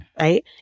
right